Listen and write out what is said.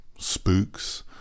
spooks